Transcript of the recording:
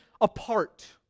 apart